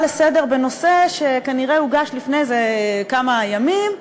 לסדר-היום בנושא שכנראה הוגש לפני איזה כמה ימים,